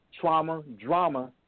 trauma-drama